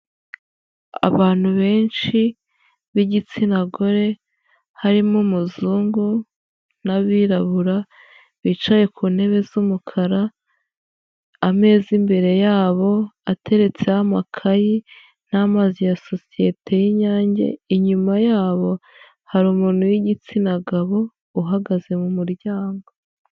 Abantu benshi b'igitsina gore, harimo umuzungu n'abirabura, bicaye ku ntebe z'umukara, ameza imbere yabo ateretseho amakayi n'amazi ya sosiyete y'Inyange, inyuma yabo hari umuntu w'igitsina gabo, uhagaze mu muryango.